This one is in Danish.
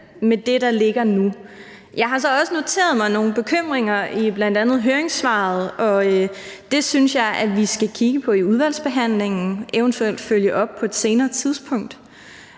med det, der ligger nu. Jeg har så også noteret mig nogle bekymringer i bl.a. høringssvarene, og det synes jeg vi skal kigge på i udvalgsbehandlingen og eventuelt følge op på på et senere tidspunkt,